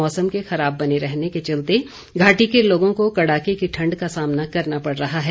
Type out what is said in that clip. मौसम के खराब बने रहने के चलते घाटी के लोगों को कड़ाके की ठंड का सामना करना पड़ रहा है